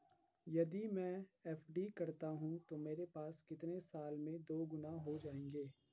यदि मैं एफ.डी करता हूँ तो मेरे पैसे कितने साल में दोगुना हो जाएँगे?